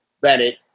Bennett